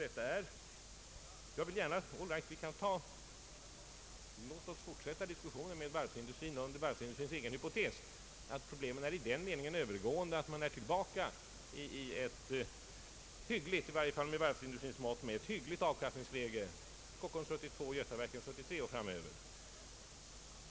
Låt oss fortsätta diskussionen med varvsindustrin under dess egen hypotes, att problemen är i den meningen övergående att man är tillbaka i ett med varvsindustrins mått hyggligt avkastningsläge — för Kockum 1972 och för Götaverken 1973.